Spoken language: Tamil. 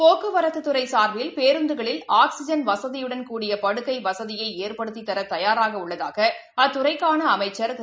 போக்குவரத்துத்துறைசார்பில் பேருந்துகளில் வசதியுடன் க்படிய படுக்கைவசதியைஏற்படுத்திதரதயாராகஉள்ளதாகஅத்துறைக்கானஅமைச்சா் திரு